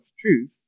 truth